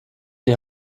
die